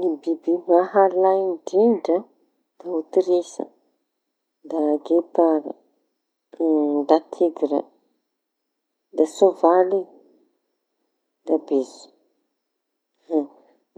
Ny biby mahalay indrindra da aotrisa, da gepara, da tigra, da sövaly io, da bitro.